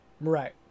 right